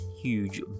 huge